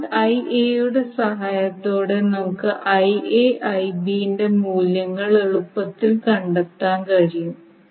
current Ia യുടെ സഹായത്തോടെ നമുക്ക് Ia Ib ന്റെ മൂല്യങ്ങൾ എളുപ്പത്തിൽ കണ്ടെത്താൻ കഴിയും